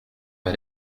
bei